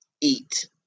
eat